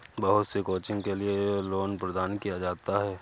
बहुत सी कोचिंग के लिये लोन प्रदान किया जाता है